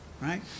right